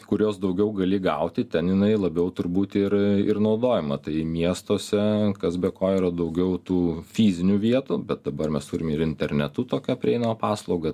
kurios daugiau gali gauti ten jinai labiau turbūt ir ir naudojama tai miestuose kas be ko yra daugiau tų fizinių vietų bet dabar mes turim ir internetu tokią prieinamą paslaugą